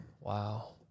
Wow